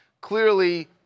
Clearly